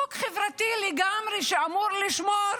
חוק חברתי לגמרי, שאמור לשמור